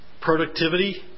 productivity